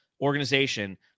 organization